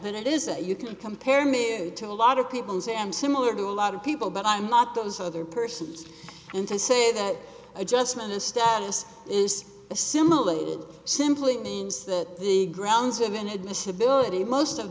than it is that you can compare me to a lot of people sam similar to a lot of people but i'm not those other persons and to say that adjustment of status is assimilated simply means that the grounds of inadmissibility most of